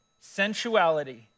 sensuality